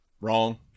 Wrong